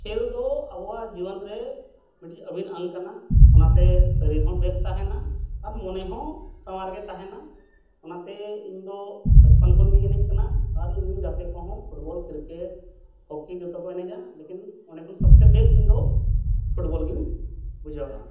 ᱠᱷᱮᱞᱫᱚ ᱟᱵᱚᱣᱟᱜ ᱡᱤᱵᱚᱱᱨᱮ ᱢᱤᱫᱴᱤᱡ ᱟᱹᱵᱤᱱ ᱟᱝ ᱠᱟᱱᱟ ᱚᱱᱟᱛᱮ ᱥᱟᱨᱤᱨᱦᱚᱸ ᱵᱮᱥ ᱛᱟᱦᱮᱱᱟ ᱟᱨ ᱢᱚᱱᱮᱦᱚᱸ ᱥᱟᱶᱟᱨᱜᱮ ᱛᱟᱦᱮᱱᱟ ᱚᱱᱟᱛᱮ ᱤᱧᱫᱚ ᱵᱟᱪᱯᱟᱱ ᱠᱷᱚᱱᱜᱤᱧ ᱮᱱᱮᱡ ᱠᱟᱱᱟ ᱟᱨ ᱤᱧᱨᱮᱱ ᱜᱟᱛᱮ ᱠᱚᱦᱚᱸ ᱯᱷᱩᱴᱵᱚᱞ ᱠᱨᱤᱠᱮᱴ ᱦᱚᱠᱤ ᱡᱷᱚᱛᱚ ᱠᱚ ᱮᱱᱮᱡᱟ ᱞᱮᱠᱤᱱ ᱚᱸᱰᱮ ᱠᱷᱚᱱ ᱥᱚᱵᱽᱥᱮ ᱵᱮᱥ ᱤᱧᱫᱚ ᱯᱷᱩᱴᱵᱚᱞ ᱜᱤᱧ ᱵᱩᱡᱷᱟᱹᱣᱟ